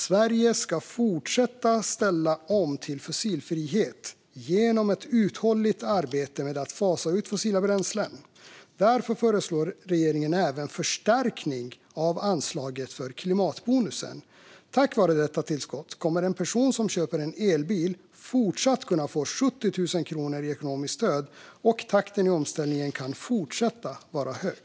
Sverige ska fortsätta att ställa om till fossilfrihet genom ett uthålligt arbete med att fasa ut fossila bränslen. Därför föreslår regeringen även förstärkning av anslaget för klimatbonusen. Tack vare detta tillskott kommer en person som köper en elbil fortsatt att kunna få 70 000 kronor i ekonomiskt stöd, och takten i omställningen kan fortsätta vara hög.